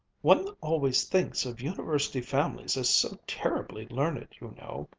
one always thinks of university families as so terribly learned, you know,